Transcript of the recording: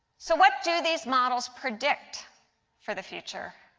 so what do these models protect for the future?